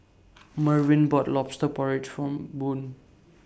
Mervin bought Lobster Porridge For Boone